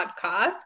podcast